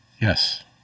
Yes